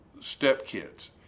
stepkids